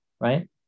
right